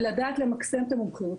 ולדעת למקסם את המומחיות,